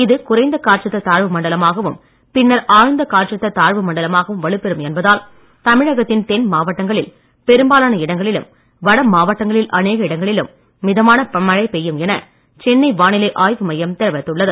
இது குறைந்த காற்றழுத்த தாழ்வு மண்டலமாகவும் பின்னர் ஆழ்ந்த காற்றழுத்த தாழ்வு மண்டலமாகவும் வலுப்பெறும் என்பதால் தமிழகத்தின் தென் மாவட்டங்களில் பெரும்பாலான இடங்களிலும் வட மாவட்டங்களில் அனேக இடங்களிலும் மிதமான மழை பெய்யும் என சென்னை வானிலை ஆய்வு மையம் தெரிவித்துள்ளது